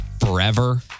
forever